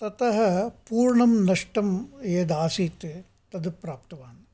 ततः पूर्णं नष्टं यदासीत् तद् प्राप्तवान्